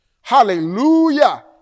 Hallelujah